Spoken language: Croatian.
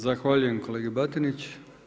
Zahvaljujem kolegi Batiniću.